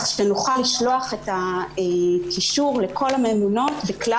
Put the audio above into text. ונוכל לשלוח את הקישור לכל הממונות בכלל